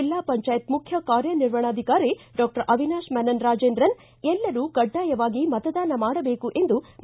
ಜಿಲ್ಲಾ ಪಂಚಾಯತ್ ಮುಖ್ಯ ಕಾರ್ಯ ನಿರ್ವಹಣಾಧಿಕಾರಿ ಡಾಕ್ಷರ್ ಅವಿನಾಶ್ ಮೆನನ್ ರಾಜೇಂದ್ರನ್ ಎಲ್ಲರೂ ಕಡ್ಡಾಯವಾಗಿ ಮತದಾನ ಮಾಡಬೇಕು ಎಂದು ಮಾಡಿದರು